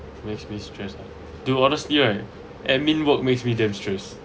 let me just do honest yeah admin work makes me damn stress